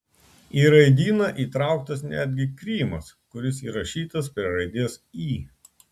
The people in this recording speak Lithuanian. į raidyną įtrauktas netgi krymas kuris įrašytas prie raidės y